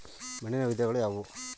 ಮಣ್ಣಿನ ವಿಧಗಳು ಯಾವುವು?